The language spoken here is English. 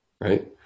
right